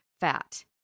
fat